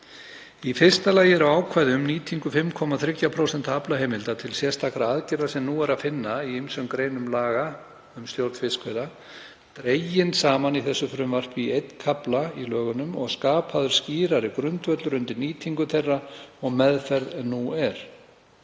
Í fyrsta lagi eru ákvæði um nýtingu 5,3% aflaheimilda til sérstakra aðgerða, sem nú er að finna í ýmsum greinum laga um stjórn fiskveiða, dregin saman í einn kafla í lögunum og skapaður skýrari grundvöllur undir nýtingu þeirra og meðferð en nú er.